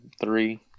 three